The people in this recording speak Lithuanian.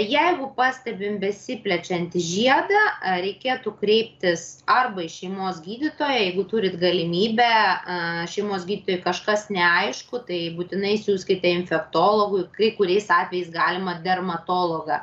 jeigu pastebim besiplečiantį žiedą reikėtų kreiptis arba į šeimos gydytoją jeigu turit galimybę šeimos gydytojui kažkas neaišku tai būtinai siųskite infektologui kai kuriais atvejais galima dermatologą